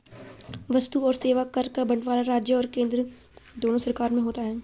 वस्तु और सेवा कर का बंटवारा राज्य और केंद्र दोनों सरकार में होता है